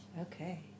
Okay